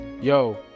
Yo